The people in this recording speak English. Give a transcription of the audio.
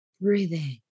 Breathing